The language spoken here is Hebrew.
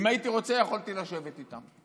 אם הייתי רוצה, יכולתי לשבת איתם.